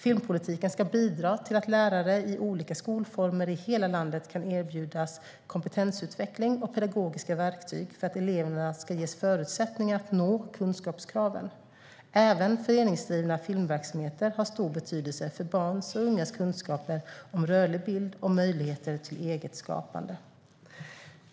Filmpolitiken ska bidra till att lärare i olika skolformer i hela landet kan erbjudas kompetensutveckling och pedagogiska verktyg för att eleverna ska ges förutsättningar att nå kunskapskraven. Även föreningsdrivna filmverksamheter har stor betydelse för barns och ungas kunskaper om rörlig bild och möjligheter till eget skapande.